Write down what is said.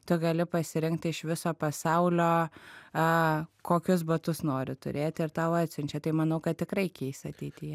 tu gali pasirengti iš viso pasaulio a kokius batus nori turėti ir tau atsiunčia tai manau kad tikrai keis ateityje